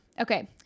Okay